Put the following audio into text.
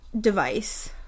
device